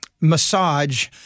massage